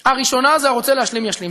הראשונה זה הרוצה להשלים, ישלים.